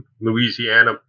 Louisiana